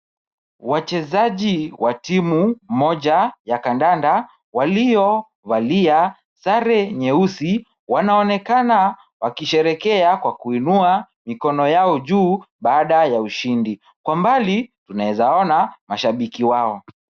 Wachezaji wa timu moja ya kandanda waliovalia sare nyeusi wanaonekana wakisherehekea kwa kuinua mikono yao ju baada ya ushindi. Kwa mbali tunaweza ona mashabiki wao.